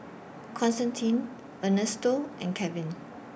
Constantine Ernesto and Kevin